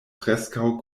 preskaŭ